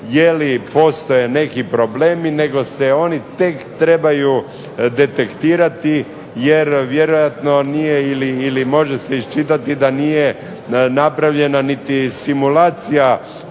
je li postoje neki problemi nego se oni tek trebaju detektirati jer vjerojatno nije ili može se iščitati da nije napravljena niti simulacija